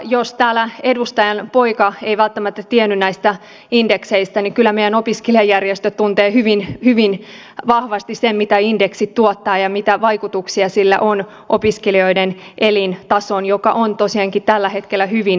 jos täällä edustajan poika ei välttämättä tiennyt näistä indekseistä niin kyllä meidän opiskelijajärjestöt tuntevat hyvin vahvasti sen mitä indeksit tuottavat ja mitä vaikutuksia sillä on opiskelijoiden elintasoon joka on tosiaankin tällä hetkellä hyvin matala